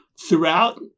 throughout